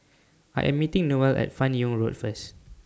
I Am meeting Noelle At fan Yoong Road First